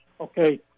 Okay